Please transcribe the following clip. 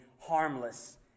harmless